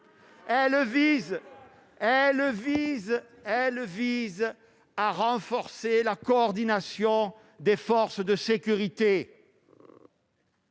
Elle vise à renforcer la coordination des forces de sécurité,